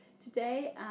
today